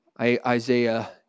Isaiah